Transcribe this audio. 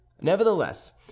nevertheless